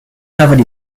covered